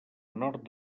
nord